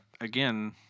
Again